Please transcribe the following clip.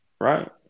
right